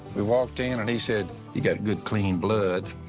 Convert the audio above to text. we walked in, and he said, you got good clean blood,